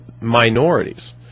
minorities